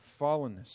fallenness